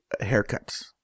haircuts